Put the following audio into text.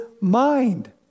mind